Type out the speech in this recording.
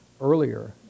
earlier